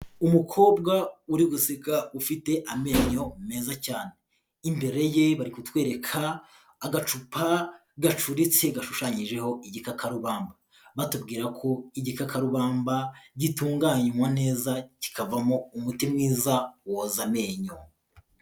Umukobwa uri gusiga ufite amenyo meza cyane, imbere ye bari kutwereka agacupa gacuritse gashushanyijeho igikakarubamba, batubwira ko igikarubamba gitunganywa neza, kikavamo umuti mwiza woza amenyo.